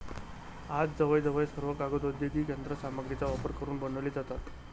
आज जवळजवळ सर्व कागद औद्योगिक यंत्र सामग्रीचा वापर करून बनवले जातात